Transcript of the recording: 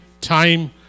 time